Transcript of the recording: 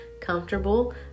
comfortable